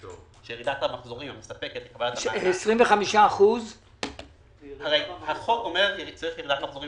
40%. הרי החוק אומר שצריך ירידת מחזורים